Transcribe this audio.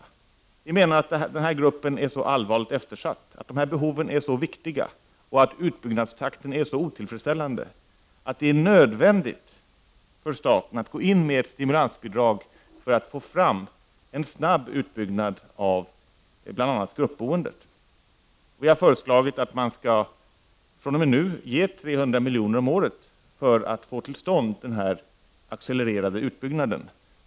Vi i folkpartiet menar att denna grupp är så allvarligt eftersatt, att dessa behov är så viktiga och att utbyggnadstakten är så otillfredsställande, att det är nödvändigt för staten att gå in med stimulansbidrag för att få fram en snabb utbyggnad av bl.a. gruppboende. Vi har föreslagit att man skall fr.o.m. nu ge 300 milj.kr. om året för att få till stånd denna accelererade utbyggnad.